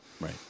right